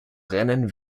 rennen